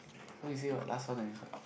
so he say what last one I use what